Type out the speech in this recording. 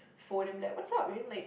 phone and be like what's up and then like